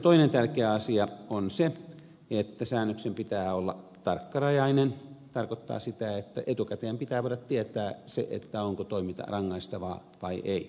toinen tärkeä asia on se että säännöksen pitää olla tarkkarajainen ja se tarkoittaa sitä että etukäteen pitää voida tietää se onko toiminta rangaistavaa vai ei